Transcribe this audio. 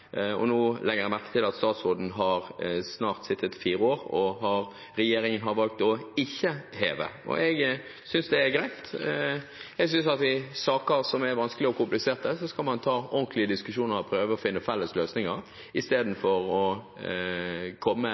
og jeg legger merke til at statsråden nå snart har sittet fire år, og at regjeringen har valgt ikke å heve. Det synes jeg er greit. Jeg synes at i saker som er vanskelige og kompliserte, skal man ta ordentlige diskusjoner og prøve å finne felles løsninger, i stedet for å komme